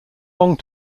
long